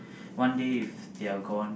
one day if their gone